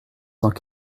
cents